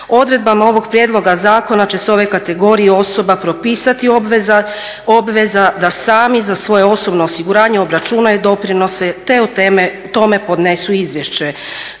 odredbama ovog prijedloga zakona će se ove kategorije osoba propisati obveza da sami za svoje osobno osiguranje obračunaju doprinose te o tome podnesu izvješće.